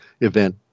event